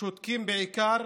שותקים בעיקר